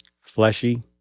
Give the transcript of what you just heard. fleshy